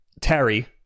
Terry